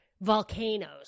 volcanoes